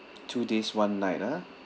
two days one night ah